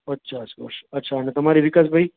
પચાસ વર્ષ અચ્છા તમારી વિકાસભાઈ